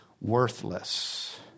worthless